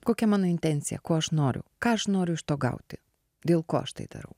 kokia mano intencija ko aš noriu ką aš noriu iš to gauti dėl ko aš tai darau